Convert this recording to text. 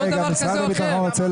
רוצה